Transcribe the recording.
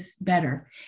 better